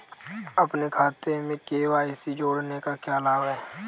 अपने खाते में के.वाई.सी जोड़ने का क्या लाभ है?